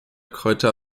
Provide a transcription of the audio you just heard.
kräuter